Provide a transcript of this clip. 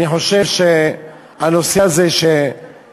אני חושב שהנושא הזה לאחרונה,